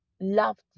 loved